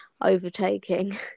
overtaking